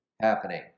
happening